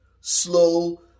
slow